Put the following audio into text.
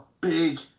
big